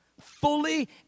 fully